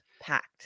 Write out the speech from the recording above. packed